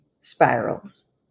spirals